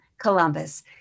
Columbus